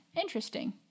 Interesting